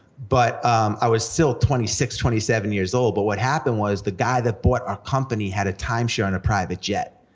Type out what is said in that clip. but i was still twenty six, twenty seven years old, but what happened was, the guy that bought our company had a timeshare on a private jet.